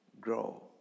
grow